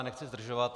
Nechci zdržovat.